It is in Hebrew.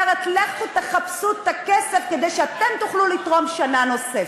אומרת: לכו תחפשו את הכסף כדי שאתם תוכלו לתרום שנה נוספת.